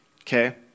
Okay